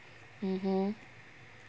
mmhmm